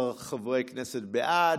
13 חברי כנסת בעד.